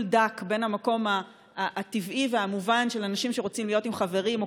דק בין המקום הטבעי והמובן של אנשים שרוצים להיות עם חברים או